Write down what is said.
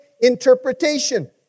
interpretation